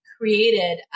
created